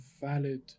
valid